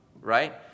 Right